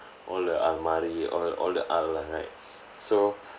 all the al mari all all the al [one] right so